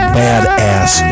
badass